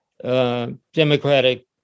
Democratic